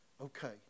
okay